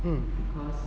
um